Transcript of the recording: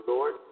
Lord